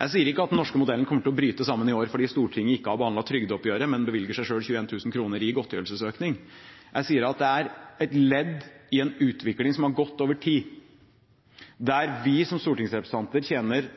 Jeg sier ikke at den norske modellen kommer til å bryte sammen i år fordi Stortinget ikke har behandlet trygdeoppgjøret, men bevilger seg selv 21 000 kr i godtgjørelsesøkning. Jeg sier at det er et ledd i en utvikling som har gått over tid, der vi som stortingsrepresentanter tjener